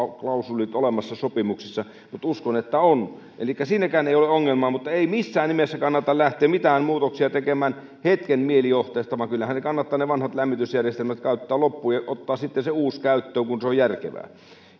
klausuulit sopimuksissa mutta uskon että on elikkä siinäkään ei ole ongelmaa mutta ei missään nimessä kannata lähteä mitään muutoksia tekemään hetken mielijohteesta vaan kyllähän ne vanhat lämmitysjärjestelmät kannattaa käyttää loppuun ja ottaa sitten se uusi käyttöön kun se on järkevää